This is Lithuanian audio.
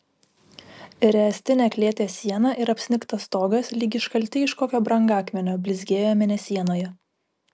ręstinė klėties siena ir apsnigtas stogas lyg iškalti iš kokio brangakmenio blizgėjo mėnesienoje